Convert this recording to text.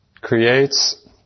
creates